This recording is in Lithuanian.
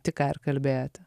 tik ką ir kalbėjote